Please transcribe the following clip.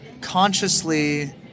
consciously